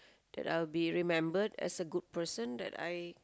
that I'll be remembered as a good person that I